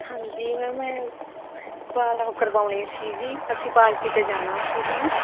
ਹਾਂਜੀ ਮੈਮ ਮੈਂ ਬਾਲ ਕਰਵਾਉਣੇ ਸੀ ਜੀ ਅਸੀਂ ਪਾਰਟੀ 'ਤੇ ਜਾਣਾ ਸੀ ਜੀ ਮੈਂ